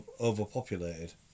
overpopulated